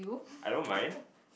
I don't mind